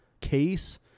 case